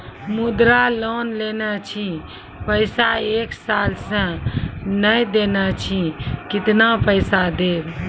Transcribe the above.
मुद्रा लोन लेने छी पैसा एक साल से ने देने छी केतना पैसा देब?